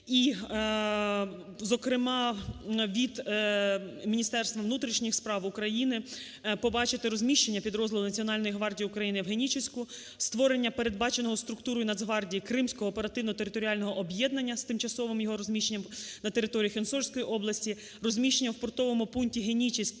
і зокрема від Міністерства внутрішніх справ України побачити розміщення підрозділу Національної гвардії України в Генічеську, створення передбаченого структурою Нацгвардії Кримського оперативно-територіального об'єднання з тимчасовим його розміщенням на території Херсонської області, розміщення в портовому пункті "Генічеськ"